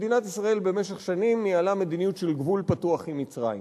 מדינת ישראל במשך שנים ניהלה מדיניות של גבול פתוח עם מצרים.